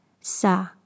sa